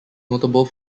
notable